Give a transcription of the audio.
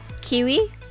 Kiwi